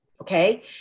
Okay